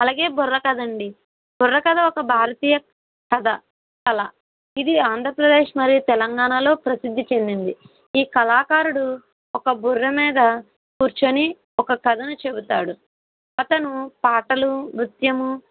అలాగే బుర్రకథ అండి బుర్రకథ ఒక భారతీయ కథ కళ ఇది ఆంధ్రప్రదేశ్ మరియు తెలంగాణలో ప్రసిద్ధి చెందింది ఈ కళాకారుడు ఒక బుర్ర మీద కూర్చుని ఒక కథను చెబుతాడు అతను పాటలు నృత్యము